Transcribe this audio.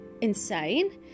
insane